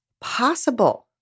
possible